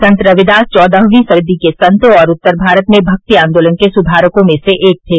संत रविदास चौदहवीं सदी के संत और उत्तर भारत में भक्ति आंदोलन के सुधारकों में से एक थे